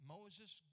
Moses